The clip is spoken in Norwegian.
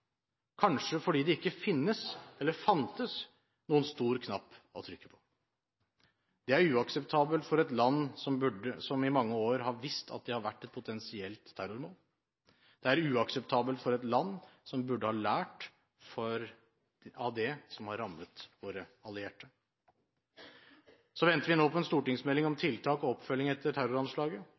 kanskje fordi det ikke finnes, eller fantes, noen stor knapp å trykke på. Det er uakseptabelt for et land som i mange år har visst at det har vært et potensielt terrormål. Det er uakseptabelt for et land som burde ha lært av det som har rammet våre allierte. Vi venter nå på en stortingsmelding om tiltak og oppfølging etter terroranslaget.